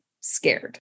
scared